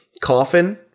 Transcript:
coffin